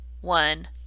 one